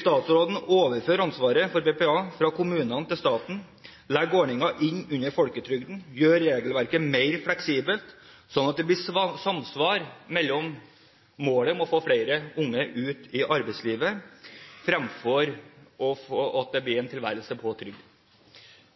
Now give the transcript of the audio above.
statsråden overføre ansvaret for BPA fra kommunene til staten, legge ordningen inn under folketrygden og gjøre regelverket mer fleksibelt, sånn at målet er å få flere unge ut i arbeidslivet fremfor at det blir en tilværelse på trygd?